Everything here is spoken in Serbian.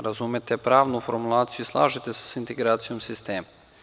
Razumete pravnu formulaciju, slažete se sa integracijom sistema.